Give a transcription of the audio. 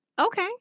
Okay